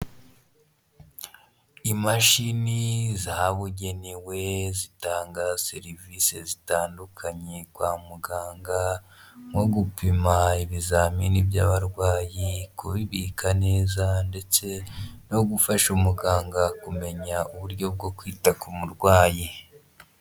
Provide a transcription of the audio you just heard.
Imashini zahabugenewe zitanga serivisi zitandukanye kwa muganga, nko gupima ibizamini by'abarwayi, kubibika neza, ndetse no gufasha umuganga kumenya uburyo bwo kwita ku murwayi.